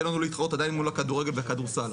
לנו להתחרות עדיין מול הכדורגל והכדורסל.